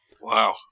Wow